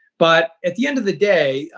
but, at the end of the day,